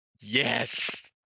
Yes